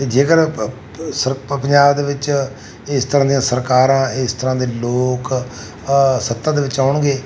ਅਤੇ ਜੇਕਰ ਸਰ ਪ ਪੰਜਾਬ ਦੇ ਵਿੱਚ ਇਸ ਤਰ੍ਹਾਂ ਦੀਆਂ ਸਰਕਾਰਾਂ ਇਸ ਤਰ੍ਹਾਂ ਦੇ ਲੋਕ ਸੱਤਾ ਦੇ ਵਿੱਚ ਆਉਣਗੇ